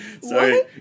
Sorry